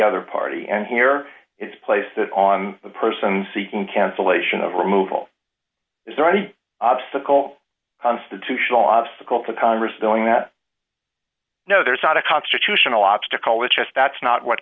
other party and here is place that on the person seeking cancellation of removal is there any obstacle constitutional obstacle to congress doing that no there's not a constitutional obstacle which if that's not what